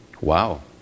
Wow